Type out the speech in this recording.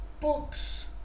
books